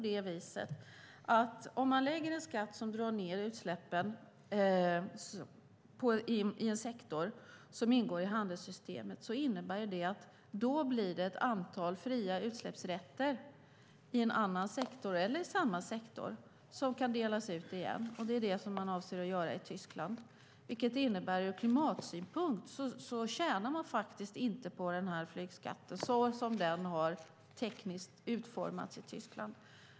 Lägger man på en skatt som drar ned utsläppen i en sektor som ingår i handelssystemet innebär det att det blir ett antal fria utsläppsrätter i samma sektor eller i en annan sektor som kan delas ut igen. Det är detta man avser att göra i Tyskland. Det innebär att man ur klimatsynpunkt inte tjänar på flygskatten så som den har utformats tekniskt i Tyskland.